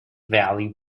value